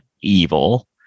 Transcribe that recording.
evil